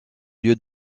lieu